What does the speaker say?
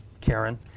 Karen